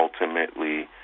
ultimately